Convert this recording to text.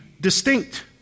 distinct